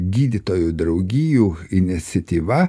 gydytojų draugijų iniciatyva